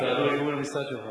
זה היה, לכיוון המשרד שלך.